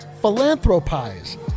philanthropies